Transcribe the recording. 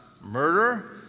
murder